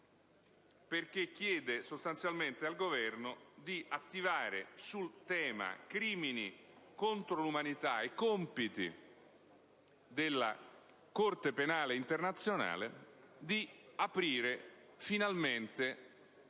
che chiede sostanzialmente al Governo, sul tema dei crimini contro l'umanità e dei compiti della Corte penale internazionale, di aprire finalmente